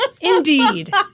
Indeed